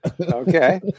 Okay